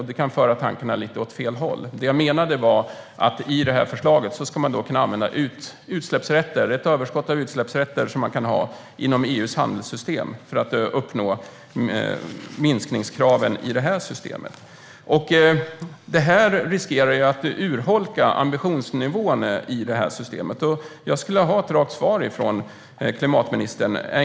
Det kan föra tankarna åt fel håll. Det jag menade var att man enligt det här förslaget ska kunna använda utsläppsrätter, ett överskott av utsläppsrätter som man kan ha, inom EU:s handelssystem för att uppnå minskningskraven i det här systemet. Det riskerar att urholka ambitionsnivån i det här systemet. Jag skulle vilja ha ett rakt svar från klimatministern.